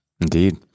Indeed